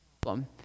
problem